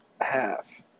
half